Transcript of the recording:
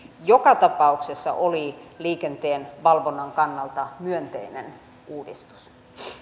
joka tapauksessa oli liikenteen valvonnan kannalta myönteinen uudistus